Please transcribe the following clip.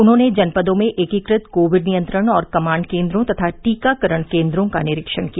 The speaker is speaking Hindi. उन्होंने जनपदों में एकीकृत कोविड नियंत्रण और कमाण्ड केन्द्रों तथा टीकाकरण केन्द्रों का निरीक्षण किया